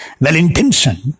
well-intentioned